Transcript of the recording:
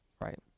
right